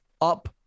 up